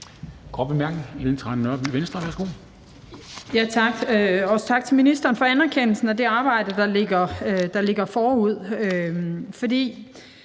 tak til ministeren for anerkendelsen af det arbejde, der ligger forud.